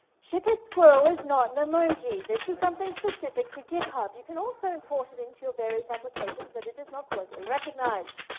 ship it squirrel is not an emoji. this is something specific to github. you can also import it into your various applications, but it is not globally recognized.